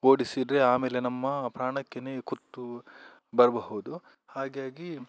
ಓಡಿಸಿದರೆ ಆಮೇಲೆ ನಮ್ಮ ಪ್ರಾಣಕ್ಕೇನೆ ಕುತ್ತು ಬರಬಹುದು ಹಾಗಾಗಿ